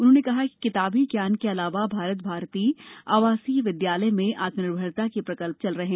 उन्होंने कहा कि किताबी ज्ञान के अलावा भारत भारती आवासीय विद्यालय में आत्मनिर्भरता के प्रकल्प चल रहे हैं